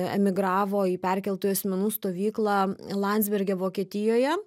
emigravo į perkeltųjų asmenų stovyklą landsbergio vokietijoje